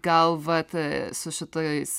gal vat su šitais